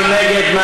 מי נגד?